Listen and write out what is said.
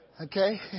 Okay